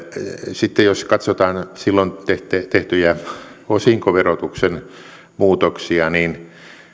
sitten jos katsotaan silloin tehtyjä osinkoverotuksen muutoksia niin